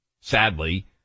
sadly